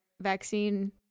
vaccine